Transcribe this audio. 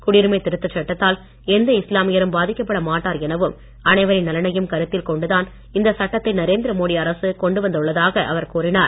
குடியுரிமை திருத்தச் சட்டத்தால் எந்த இஸ்லாமியரும் பாதிக்கப்பட மாட்டார் எனவும் அனைவரின் நலனையும் கருத்தில் கொண்டு தான் இந்தச் சட்டத்தை நரேந்திர மோடி அரசு கொண்டு வந்துள்ளதாக அவர் கூறினார்